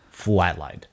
Flatlined